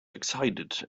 excited